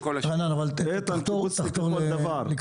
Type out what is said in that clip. ואנחנו צריכים לשאוף לדבר הזה,